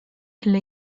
elle